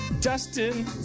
Dustin